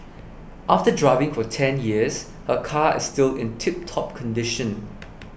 after driving for ten years her car is still in tiptop condition